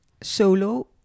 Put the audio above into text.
Solo